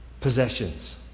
possessions